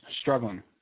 struggling